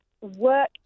work